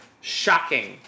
shocking